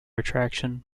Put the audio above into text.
attraction